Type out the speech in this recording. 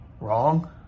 Wrong